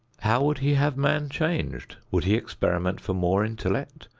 how would he have man changed? would he experiment for more intellect,